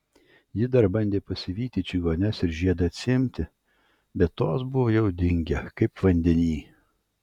ji dar bandė pasivyti čigones ir žiedą atsiimti bet tos buvo jau dingę kaip vandeny